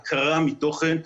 עקרה מתוכן,